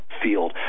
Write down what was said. field